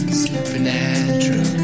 supernatural